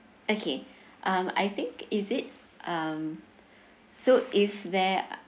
okay um I think is it um so if they